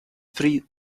three